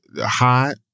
hot